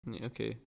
Okay